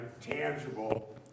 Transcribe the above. tangible